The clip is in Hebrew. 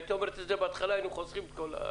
היית אומרת את זה בהתחלה והיינו חוסכים את השאר.